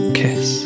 kiss